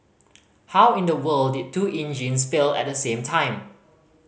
how in the world did two engines fail at the same time